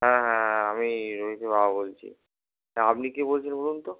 হ্যাঁ হ্যাঁ হ্যাঁ আমি রোহিতের বাবা বলছি তা আপনি কে বলছেন বলুন তো